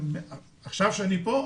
עכשיו כשאני פה,